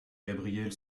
gabrielle